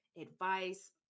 advice